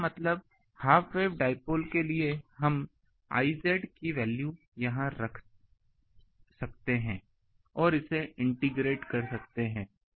इसका मतलब half wave dipole के लिए हम I कि वैल्यू यहाँ रख सकते है और इसे इंटेग्रट कर सकते है